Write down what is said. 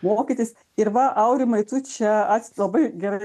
mokytis ir va aurimai tu čia ats labai gerai